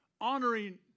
honoring